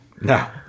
No